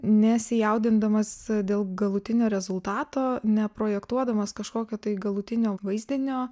nesijaudindamas dėl galutinio rezultato neprojektuodamas kažkokio tai galutinio vaizdinio